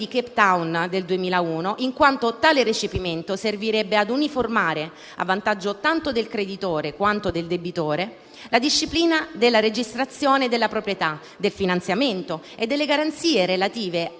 Cape Town del 2001, in quanto tale recepimento servirebbe ad uniformare, a vantaggio tanto del creditore quanto del debitore, la disciplina della registrazione della proprietà, del finanziamento e delle garanzie relative